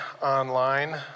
online